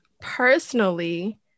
personally